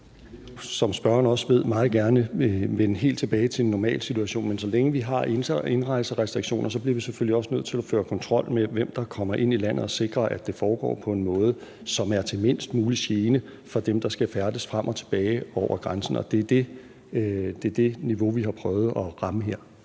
som spørgeren også ved, meget gerne vende helt tilbage til en normal situation, men så længe vi har indrejserestriktioner, bliver vi selvfølgelig også nødt til at føre kontrol med, hvem der kommer ind i landet, og sikre, at det foregår på en måde, som er til mindst mulig gene for dem, der skal færdes frem og tilbage over grænsen, og det er det niveau, vi har prøvet at ramme her.